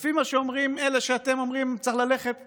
לפי מה שאומרים אלה שאתם אומרים שצריך ללכת לאורם,